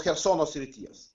chersono srities